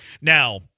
Now